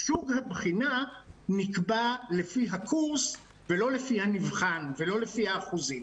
החישוב לבחינה נקבע לפי הקורס ולא לפי הנבחן ולא לפי האחוזים.